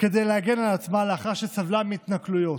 כדי להגן על עצמה לאחר שסבלה מהתנכלויות.